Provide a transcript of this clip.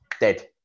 dead